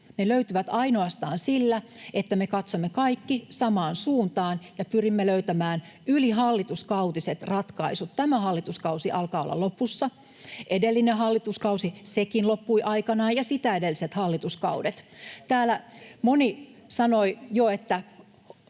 Ne löytyvät ainoastaan sillä, että me katsomme kaikki samaan suuntaan ja pyrimme löytämään ylihallituskautiset ratkaisut. Tämä hallituskausi alkaa olla lopussa, edellinen hallituskausi sekin loppui aikanaan ja sitä edelliset hallituskaudet. Täällä moni jo sanoi, että